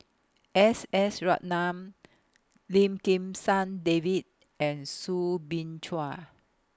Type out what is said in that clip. S S Ratnam Lim Kim San David and Soo Bin Chua